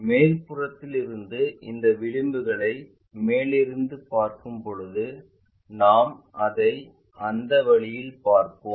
மேற்புறத்திலிருந்து இந்த விளிம்புகளை மேலிருந்து பார்க்கும்போது நாம் அதை அந்த வழியில் பார்ப்போம்